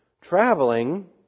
traveling